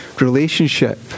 relationship